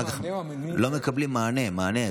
לא מקבלים מענה על הערעור,